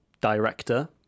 director